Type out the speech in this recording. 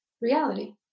reality